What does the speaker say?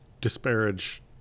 disparage